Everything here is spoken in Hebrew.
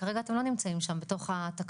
וכרגע אתם לא נמצאים שם בתוך התקנות.